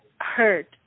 hurt